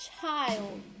child